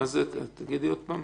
כמו שאדוני אמר,